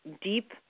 deep